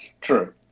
True